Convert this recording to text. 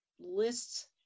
lists